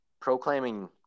proclaiming –